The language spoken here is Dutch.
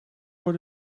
voor